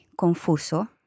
confuso